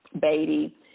Beatty